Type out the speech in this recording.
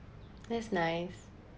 that's nice